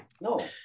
No